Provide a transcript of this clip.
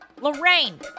Lorraine